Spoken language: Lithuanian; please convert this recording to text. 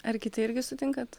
ar kiti irgi sutinkat